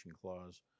clause